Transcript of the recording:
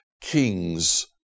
king's